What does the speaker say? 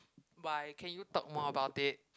why can you talk more about it